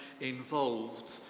involved